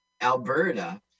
Alberta